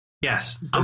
Yes